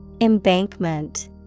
Embankment